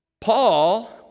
Paul